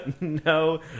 No